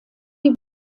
die